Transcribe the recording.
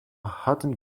hatten